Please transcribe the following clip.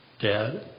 Dad